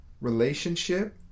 relationship